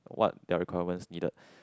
what their requirements needed